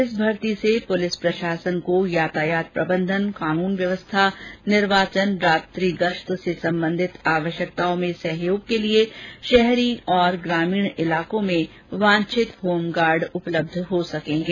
इस भर्ती से पुलिस प्रशासन को यातायात प्रबन्धन कानून व्यवस्था निर्वाचन रात्रि गश्त आदि से सम्बन्धित आवश्यकताओं में सहयोग के लिए शहरी ग्रामीण एवं सीमा क्षेत्रों में वांछित होमगार्ड उपलब्ध हो सकेंगे